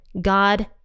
God